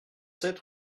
sept